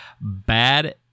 bad